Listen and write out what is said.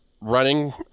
running